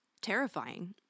terrifying